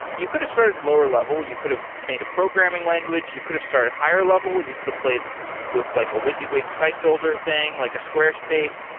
you could have started lower level, you could have made a programming language, you could have started higher level, you could have played with like a wysiwyg site builder thing, like a squarespace.